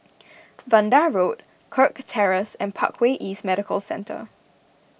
Vanda Road Kirk Terrace and Parkway East Medical Centre